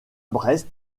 brest